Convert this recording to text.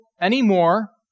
anymore